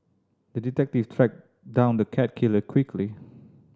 the detective tracked down the cat killer quickly